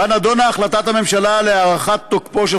ובה נדונה החלטת הממשלה להאריך את תוקפו של